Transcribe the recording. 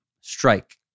strike